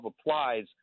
applies